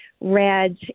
red